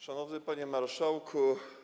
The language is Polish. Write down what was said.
Szanowny Panie Marszałku!